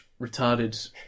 retarded